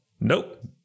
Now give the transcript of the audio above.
Nope